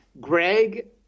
Greg